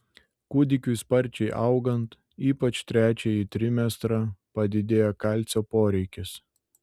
kūdikiui sparčiai augant ypač trečiąjį trimestrą padidėja kalcio poreikis